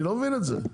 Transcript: אני לא מבין את זה.